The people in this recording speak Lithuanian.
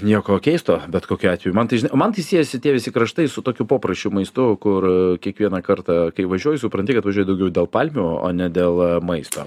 nieko keisto bet kokiu atveju man tai žinai o man tai siejasi tie visi kraštai su tokiu poprasčiu maistu kur kiekvieną kartą kai važiuoji supranti kad važiuoji daugiau dėl palmių o ne dėl maisto